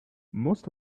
most